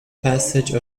passage